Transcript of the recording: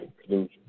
conclusion